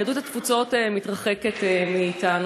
יהדות התפוצות מתרחקת מאתנו.